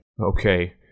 Okay